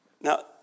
Now